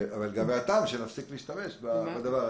אבל גם מהטעם שנפסיק להשתמש בזה.